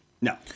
No